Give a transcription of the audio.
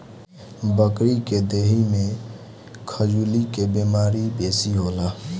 बकरी के देहि में खजुली के बेमारी बेसी होला